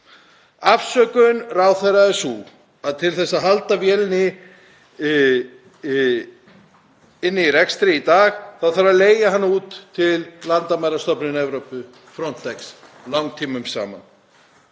Afsökun ráðherra er sú að til þess að halda vélinni í rekstri í dag þurfi að leigja hana út til landamærastofnunar Evrópu, Frontex, langtímum saman,